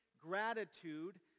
gratitude